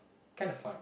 kind of fun